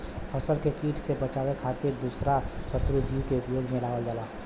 फसल के किट से बचावे खातिर दूसरा शत्रु जीव के उपयोग में लावल जाला